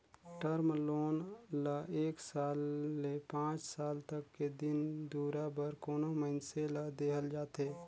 term loan ल एक साल ले पांच साल तक के दिन दुरा बर कोनो मइनसे ल देहल जाथे